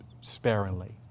sparingly